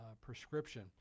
prescription